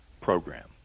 program